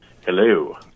Hello